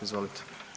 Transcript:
Izvolite.